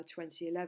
2011